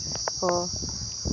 ᱠᱚ